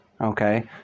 okay